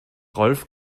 rolf